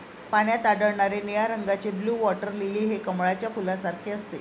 पाण्यात आढळणारे निळ्या रंगाचे ब्लू वॉटर लिली हे कमळाच्या फुलासारखे असते